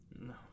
No